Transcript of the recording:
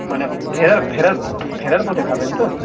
মানে ফেরার ফেরার ফেরার পথে খাবেন তো